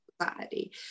society